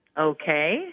Okay